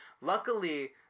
Luckily